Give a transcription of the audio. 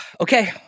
Okay